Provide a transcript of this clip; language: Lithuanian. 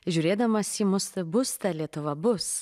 žiūrėdamas į mus bus ta lietuva bus